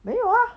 没有啊